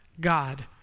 God